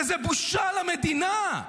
וזו בושה למדינה.